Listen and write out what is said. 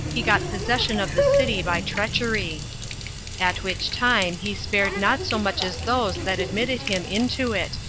he got possession of the city by treachery at which time he spared not so much as those that admitted him into it,